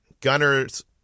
gunners